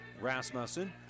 Rasmussen